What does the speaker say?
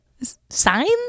signs